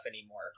anymore